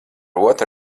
otra